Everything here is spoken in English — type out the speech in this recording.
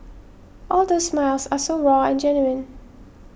all those smiles are so raw and genuine